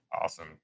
awesome